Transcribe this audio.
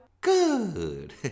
Good